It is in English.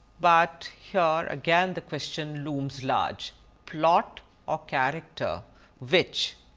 but here again the question looms large plot or character which?